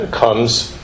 comes